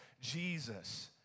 Jesus